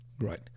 Right